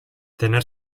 tener